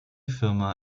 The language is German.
firma